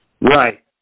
Right